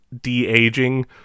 de-aging